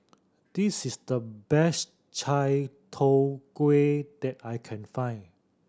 this is the best chai tow kway that I can find